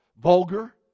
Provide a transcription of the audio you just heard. vulgar